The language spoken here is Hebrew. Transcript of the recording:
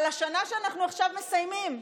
על השנה שאנחנו עכשיו מסיימים,